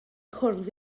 cwrdd